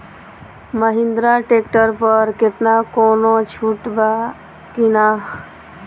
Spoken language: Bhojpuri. महिंद्रा ट्रैक्टर पर केतना कौनो छूट बा कि ना?